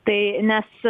tai nes